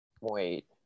Wait